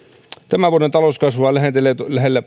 tämän vuoden talouskasvuhan lähentelee kuten jotkut